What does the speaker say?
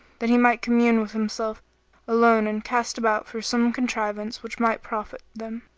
that he might commune with himself alone and cast about for some contrivance which might profit them.